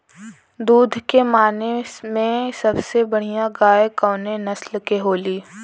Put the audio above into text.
दुध के माने मे सबसे बढ़ियां गाय कवने नस्ल के होली?